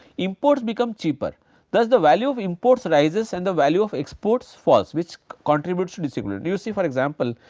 imports become cheaper thus the value of imports rises and the value of exports falls which contributes to disequilibrium. you see for example,